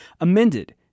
amended